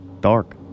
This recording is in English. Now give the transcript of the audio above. Dark